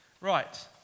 Right